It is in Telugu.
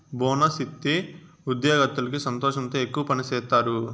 బోనస్ ఇత్తే ఉద్యోగత్తులకి సంతోషంతో ఎక్కువ పని సేత్తారు